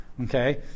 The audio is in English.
Okay